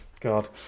God